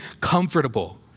comfortable